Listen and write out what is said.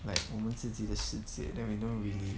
like 我们自己的世界 then we don't really